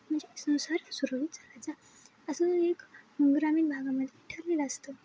म्हणजे संसार सुरळीत जायचा असं एक ग्रामीण भागामध्ये ठरलेलं असतं